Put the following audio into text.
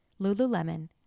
Lululemon